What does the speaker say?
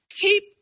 keep